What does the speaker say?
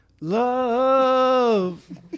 Love